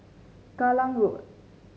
Kallang Road